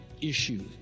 issue